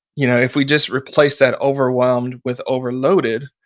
you know if we just replace that overwhelmed with overloaded,